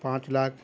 پانچ لاکھ